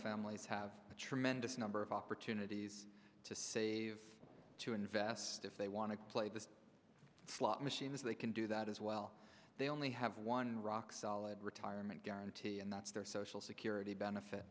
families have a tremendous number of opportunities to save to invest if they want to play the slot machines they can do that as well they only have one rock solid retirement guarantee and that's their social security benefit